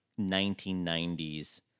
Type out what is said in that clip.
1990s